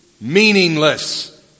meaningless